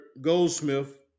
goldsmith